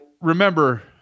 remember